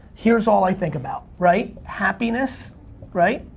here's all i think about, right, happiness right,